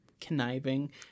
conniving